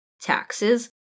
taxes